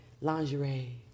lingerie